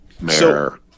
Mayor